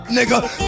nigga